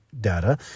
data